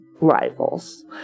rivals